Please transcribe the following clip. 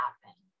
happen